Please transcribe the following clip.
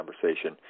conversation